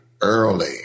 early